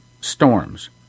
Storms